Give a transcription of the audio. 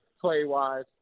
play-wise